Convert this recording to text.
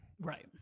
right